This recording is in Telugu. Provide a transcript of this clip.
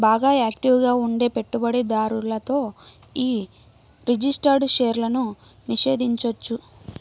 బాగా యాక్టివ్ గా ఉండే పెట్టుబడిదారులతో యీ రిజిస్టర్డ్ షేర్లను నిషేధించొచ్చు